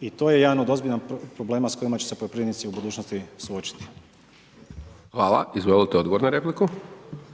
i to je jedan od ozbiljnih problema s kojima će se poljoprivrednici u budućnosti suočiti. **Hajdaš Dončić,